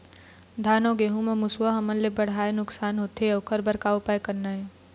धान अउ गेहूं म मुसवा हमन ले बड़हाए नुकसान होथे ओकर बर का उपाय करना ये?